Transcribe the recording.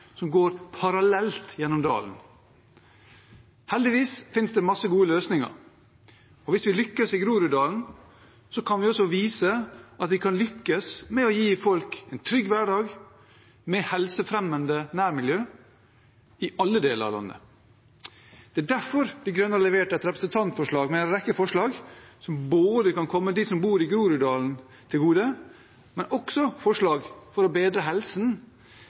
som går parallelt gjennom dalen. Heldigvis finnes det masse gode løsninger, og hvis vi lykkes i Groruddalen, kan vi vise at vi kan lykkes med å gi folk en trygg hverdag med helsefremmende nærmiljø i alle deler av landet. Det er derfor De Grønne har levert et representantforslag med en rekke forslag som både kan komme dem som bor i Groruddalen, til gode, og også forslag for å bedre